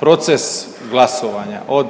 proces glasovanja od